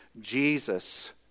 Jesus